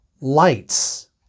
lights